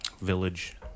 village